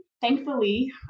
Thankfully